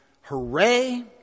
hooray